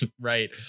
Right